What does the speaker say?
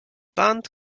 band